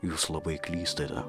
jūs labai klystate